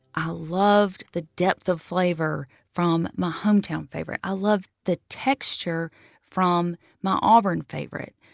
i loved the depth of flavor from my hometown favorite. i loved the texture from my auburn favorite.